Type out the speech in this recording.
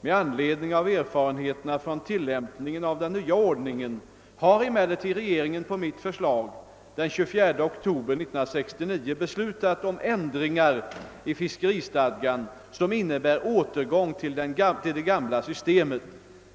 Med anledning av erfarenheterna från tillämpningen av den nya ordningen har emellertid regeringen på mitt förslag den 24 oktober 1969 beslutat om ändring i fiskeristadgan, som innebär återgång till det gamla systemet.